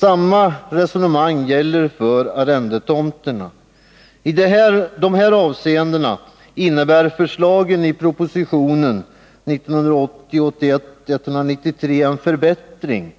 Samma resonemang gäller för arrendetomter. I dessa avseenden innebär förslagen i proposition 1980/81:193 en förbättring